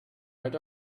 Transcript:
right